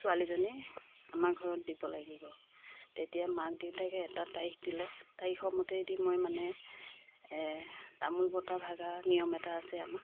ছোৱালীজনী আমাৰ ঘৰত দিব লাগিব তেতিয়া মাক দেউতাকে এটা তাৰিখ দিলে তাৰিখৰ মতেই এদিন মই মানে তামোল বটা ভাগ আৰু নিয়ম এটা আছে আমাৰ